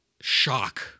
shock